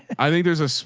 i think there's a, so